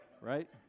Right